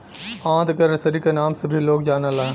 आंत क रसरी क नाम से भी लोग जानलन